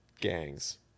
gangs